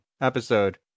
episode